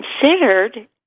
considered